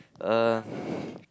uh